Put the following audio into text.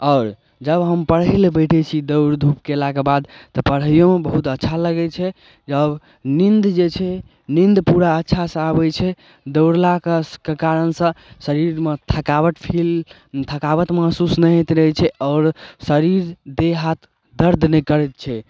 आओर जब हम पढ़य लए बैठै छी दौड़ धूप केलाक बाद तऽ पढ़ैयोमे बहुत अच्छा लगै छै जब नीन्द जे छै नीन्द पूरा अच्छा से आबै छै दौड़लाके कारण सऽ शरीरमे थकाबट फील थकाबट महसूस नहि होयत रहै छै आओर शरीर देह हाथ दर्द नहि करैत छै